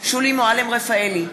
שולי מועלם-רפאלי,